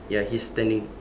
ya he is standing